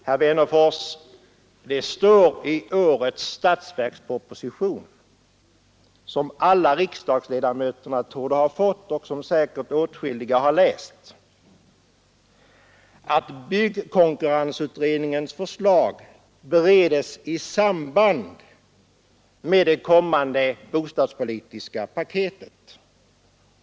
Herr Wennerfors, det står i årets statsverksproposition, som alla riksdagsledamöterna torde ha fått och som säkert åtskilliga har läst, att byggkonkurrensutredningens förslag bereds i samband med det kommande bostadspolitiska paketet.